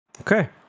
okay